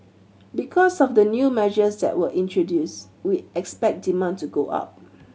because of the new measures that were introduced we expect demand to go up